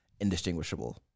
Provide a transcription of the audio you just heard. indistinguishable